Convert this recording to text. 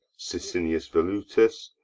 sicinius velutus,